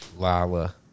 Lala